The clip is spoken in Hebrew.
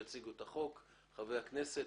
את חברי הכנסת,